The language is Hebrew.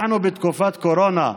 אנחנו בתקופת קורונה,